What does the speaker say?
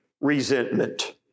resentment